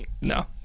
no